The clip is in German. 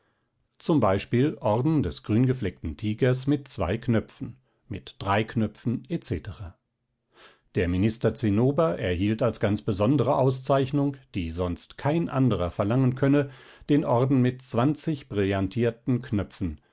z b orden des grüngefleckten tigers mit zwei knöpfen mit drei knöpfen etc der minister zinnober erhielt als ganz besondere auszeichnung die sonst kein anderer verlangen könne den orden mit zwanzig brillantierten knöpfen